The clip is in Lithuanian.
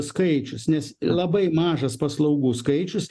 skaičius nes labai mažas paslaugų skaičius